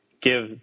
give